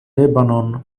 lebanon